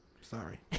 Sorry